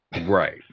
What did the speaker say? Right